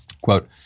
quote